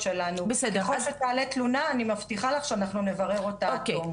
ככל שתעלה תלונה אני מבטיחה לך שאנחנו נברר אותה עד תום.